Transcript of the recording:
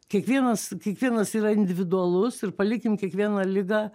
kiekvienas kiekvienas yra individualus ir palikim kiekvieną ligą